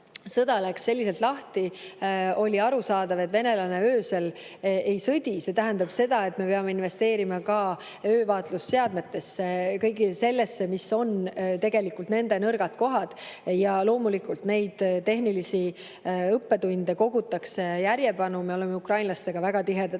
sõda selliselt lahti läks, oli aru saada, et venelane öösel ei sõdi. See tähendab seda, et me peame investeerima öövaatlusseadmetesse ja kõigesse sellesse, mis on nende nõrgad kohad. Ja loomulikult neid tehnilisi õppetunde kogutakse järjepanu. Me oleme ukrainlastega väga tihedas